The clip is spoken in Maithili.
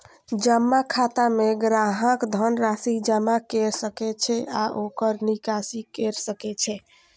जमा खाता मे ग्राहक धन राशि जमा कैर सकै छै आ ओकर निकासी कैर सकै छै